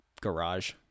garage